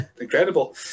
incredible